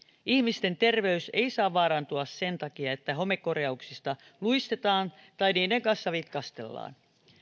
ihmisten terveys ei saa vaarantua sen takia että homekorjauksista luistetaan tai niiden kanssa vitkastellaan